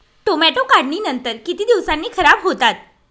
Tomato काढणीनंतर किती दिवसांनी खराब होतात?